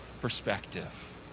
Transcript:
perspective